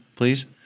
please